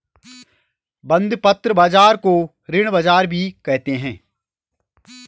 बंधपत्र बाज़ार को ऋण बाज़ार भी कहते हैं